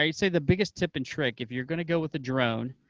um say the biggest tip and trick, if you're going to go with a drone,